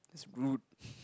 that's rude